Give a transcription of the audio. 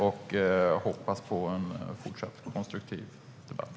Jag hoppas på en fortsatt konstruktiv debatt.